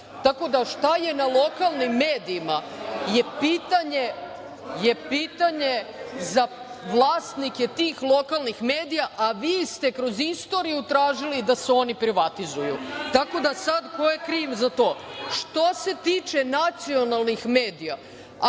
Tako da, šta je na lokalnim medijima je pitanje za vlasnike tih lokalnih medija, a vi ste kroz istoriju tražili da se oni privatizuju. Tako da, sad ko je kriv za to. Što se tiče nacionalnih medija,